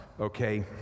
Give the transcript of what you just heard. okay